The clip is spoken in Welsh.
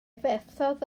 fethodd